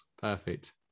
perfect